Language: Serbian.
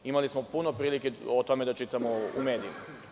Imali smo puno prilike o tome da čitamo u medijima.